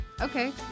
Okay